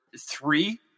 three